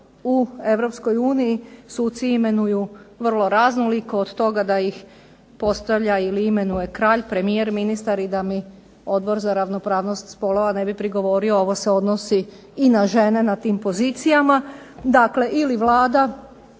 uniji suci imenuju vrlo raznoliko, od toga da ih postavlja ili imenuje kralj, premijer, ministar i da mi odbor za ravnopravnost spolova ne bi prigovorio, ovo se odnosi i na žene na tim pozicija. Dakle, ili Vlada